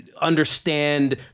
understand